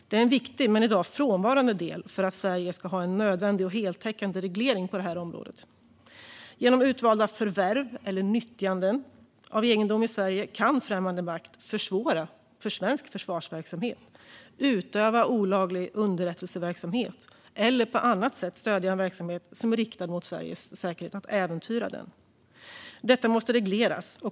Det är en viktig men i dag frånvarande del för att Sverige ska ha en nödvändig och heltäckande reglering på området. Genom utvalda förvärv eller nyttjanden av egendom i Sverige kan främmande makt försvåra för svensk försvarsverksamhet, utöva olaglig underrättelseverksamhet eller på annat sätt stödja en verksamhet som är riktad mot Sveriges säkerhet och äventyra den. Detta måste regleras.